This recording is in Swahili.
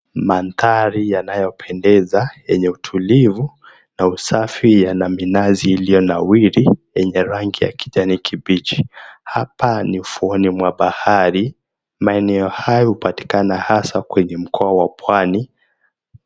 Maandhari yanayopendeza yenye utulivu na usafi yana minazi iliyonawiri yenye rangi ya kijani kibichi. Hapa ni ufuoni wa bahari, maeneo hayo hupatikana hasa kwenye mkoa wa pwani.